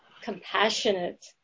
compassionate